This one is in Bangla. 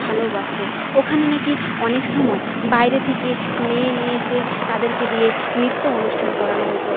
ভালোও বাসতো ওখানে না কি অনেক সময় বাইরের থিকে মেয়ে নিয়ে এসে তাদেরকে দিয়ে নৃত্য অনুষ্ঠান করানো হতো